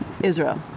Israel